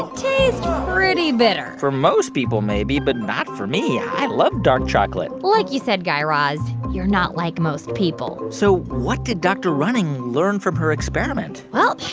um taste pretty bitter for most people, maybe. but not for me. i love dark chocolate like you said, guy raz, you're not like most people so what did dr. running learn from her experiment? well,